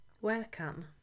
Welcome